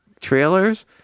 trailers